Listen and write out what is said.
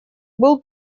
был